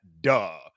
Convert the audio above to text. duh